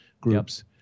groups